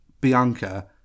Bianca